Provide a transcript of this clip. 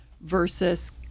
versus